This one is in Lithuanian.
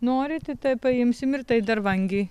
norite tai paimsim ir tai dar vangiai